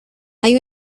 hay